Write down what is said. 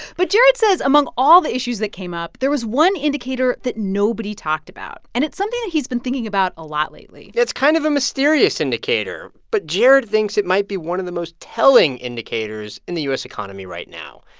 but jared says among all the issues that came up, there was one indicator that nobody talked about. and it's something that he's been thinking about a lot lately it's kind of a mysterious indicator, but jared thinks it might be one of the most telling indicators in the u s. economy right now.